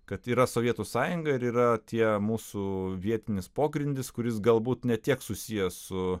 kad yra sovietų sąjunga ir yra tie mūsų vietinis pogrindis kuris galbūt ne tiek susijęs su